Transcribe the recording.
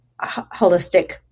holistic